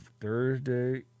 Thursday